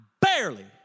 barely